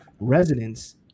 residents